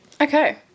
Okay